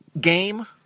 game